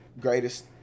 greatest